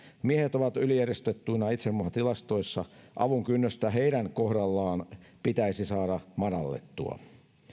miehet ovat yliedustettuina itsemurhatilastoissa avun kynnystä heidän kohdallaan pitäisi saada madallettua